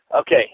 Okay